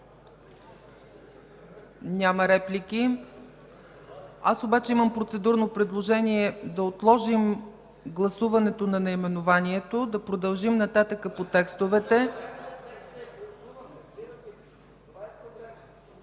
Няма реплики. Аз обаче имам процедурно предложение – да отложим гласуването на наименованието, да продължим нататък по текстовете.